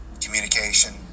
communication